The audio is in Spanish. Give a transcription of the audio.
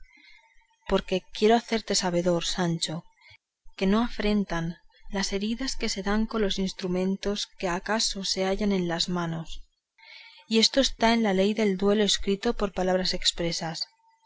porque quiero hacerte sabidor sancho que no afrentan las heridas que se dan con los instrumentos que acaso se hallan en las manos y esto está en la ley del duelo escrito por palabras expresas